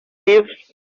leave